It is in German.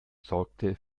sorgte